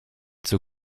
zur